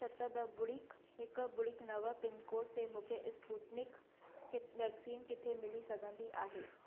सत ॿ ॿुड़ी हिकु ॿुड़ी नव पिनकोड ते मूंखे स्पूतनिक वैक्सीन किथे मिली सघंदी आहे